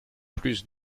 plus